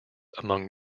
among